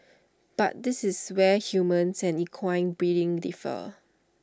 but this is where humans and equine breeding differ